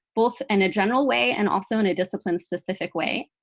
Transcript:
both in a general way and also in a discipline-specific way.